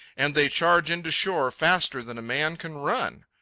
and they charge in to shore faster than a man can run.